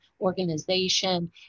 organization